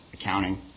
accounting